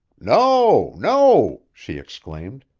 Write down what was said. no! no! she exclaimed.